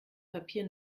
papier